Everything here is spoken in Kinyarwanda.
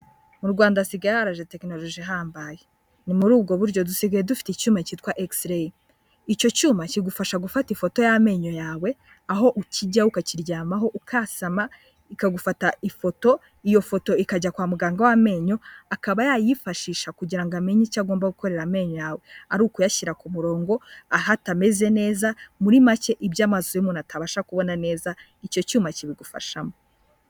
Mu Rwanda hasigaye yaraje tekinoloji ihambaye, ni muri ubwo buryo dusigaye dufite icyuma cyitwa egisireyi icyo cyuma kigufasha gufata ifoto y'amenyo yawe aho ukijya ukakiryamaho ukasama kikagufata ifoto iyo foto ikajya kwa muganga w'amenyo akaba yayifashisha kugirango ngo amenye icyo agomba gukorera amenyo yawe, ari ukuyashyira ku murongo aho atameze neza, muri make ibyo amaso y'umuntu atabasha kubona neza icyo cyuma kibigufashamo.